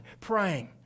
praying